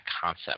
concept